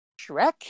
Shrek